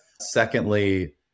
Secondly